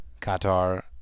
Qatar